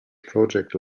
project